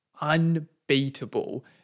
unbeatable